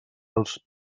els